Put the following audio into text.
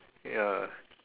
ya